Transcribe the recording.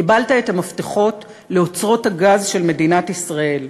קיבלת את המפתחות לאוצרות הגז של מדינת ישראל.